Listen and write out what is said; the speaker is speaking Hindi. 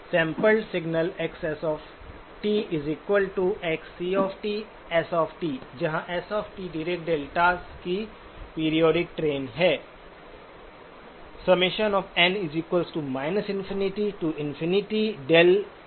सैंपलड सिग्नल xs xcs जहां s डीरेक डेल्टास की पीरिऑडिक ट्रेन है